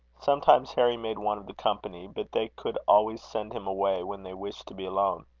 sometimes harry made one of the company but they could always send him away when they wished to be alone.